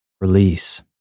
release